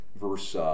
verse